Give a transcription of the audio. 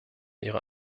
ihrer